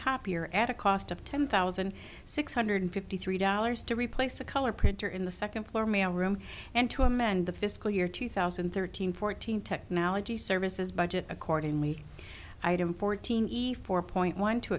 copier at a cost of ten thousand six hundred fifty three dollars to replace the color printer in the second floor mail room and to amend the fiscal year two thousand and thirteen fourteen technology services budget accordingly item fourteen four point one t